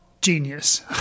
genius